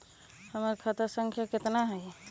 हमर खाता संख्या केतना हई?